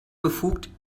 befugt